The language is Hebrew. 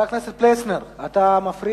בבקשה.